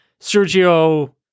Sergio